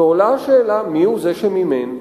ועולה השאלה מיהו זה שמימן.